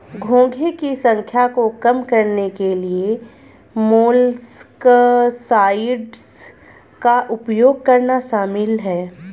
घोंघे की संख्या को कम करने के लिए मोलस्कसाइड्स का उपयोग करना शामिल है